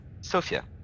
Sophia